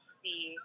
see